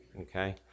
okay